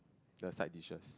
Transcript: the side dishes